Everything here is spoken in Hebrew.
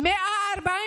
תודה רבה.